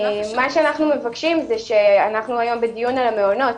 מה שאנחנו מבקשים אנחנו היום בדיון על מעונות.